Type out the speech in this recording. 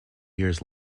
years